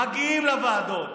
מגיעים לוועדות,